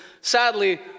sadly